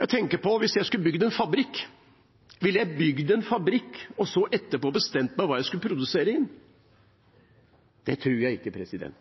Hvis jeg skulle bygd en fabrikk, ville jeg da bygd en fabrikk og etterpå bestemt meg for hva jeg skulle produsere i den? Det tror jeg ikke.